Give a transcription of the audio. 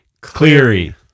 Cleary